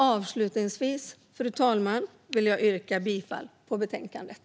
Avslutningsvis, fru talman, vill jag yrka bifall till utskottets förslag i betänkandet.